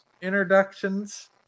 introductions